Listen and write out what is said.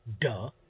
Duh